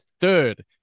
third